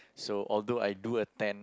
so although I do attempt